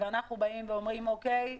ואנחנו באים ואומרים, אוקיי,